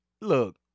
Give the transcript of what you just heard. look